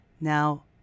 now